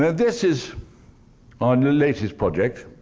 this is our new latest project.